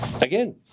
Again